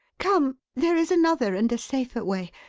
come! there is another and a safer way.